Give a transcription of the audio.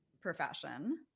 profession